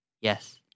Yes